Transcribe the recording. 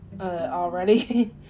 already